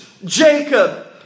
Jacob